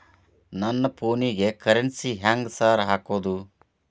ನನ್ ಫೋನಿಗೆ ಕರೆನ್ಸಿ ಹೆಂಗ್ ಸಾರ್ ಹಾಕೋದ್?